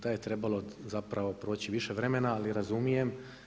To je trebalo zapravo proći više vremena, ali razumijem.